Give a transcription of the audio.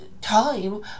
time